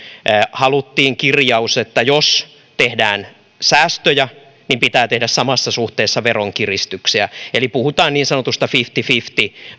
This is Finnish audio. haluttiin kirjaus että jos tehdään säästöjä niin pitää tehdä samassa suhteessa veronkiristyksiä eli puhutaan niin sanotusta fifty fifty